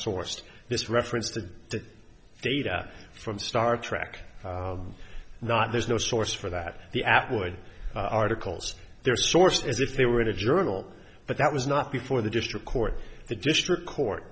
sourced this reference to the data from star trek not there's no source for that the atwood articles their source as if they were in a journal but that was not before the district court the district court